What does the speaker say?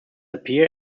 appear